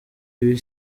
ibi